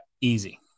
Easy